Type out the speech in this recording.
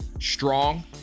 Strong